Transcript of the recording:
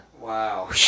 Wow